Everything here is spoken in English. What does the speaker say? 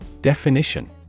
Definition